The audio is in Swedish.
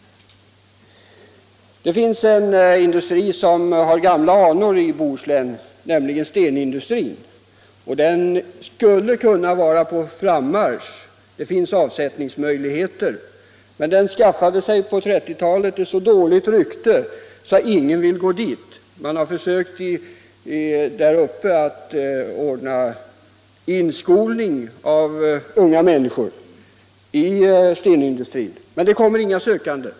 Det finns en industri som har gamla anor i Bohuslän, nämligen stenindustrin. Det skulle kunna komma i gång igen — det finns avsättningsmöjligheter. Men den skaffade sig på 1930-talet så dåligt rykte att ingen arbetskraft vill dit. Man har i de berörda kommunerna försökt att ordna inskolning av unga människor i stenindustrin, men det kommer inga sökande.